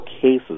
cases